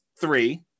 three